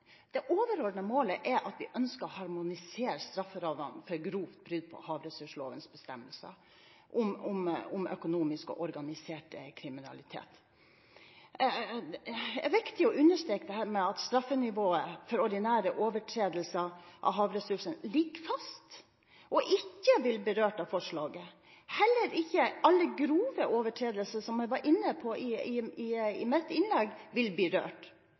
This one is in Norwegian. Det overordnede målet er at vi ønsker å harmonisere straffelovene for grovt brudd på havressurslovens bestemmelser om økonomisk og organisert kriminalitet. Det er viktig å understreke at dette med straffenivået for ordinære overtredelser av havressursene ligger fast og ikke vil bli berørt av forslaget. Heller ikke alle grove overtredelser, som jeg var inne på i mitt innlegg, vil bli